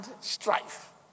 strife